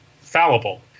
fallible